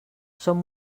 som